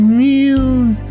meals